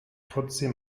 trotzdem